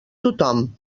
tothom